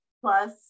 Plus